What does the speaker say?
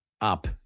up